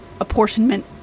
apportionment